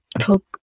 poke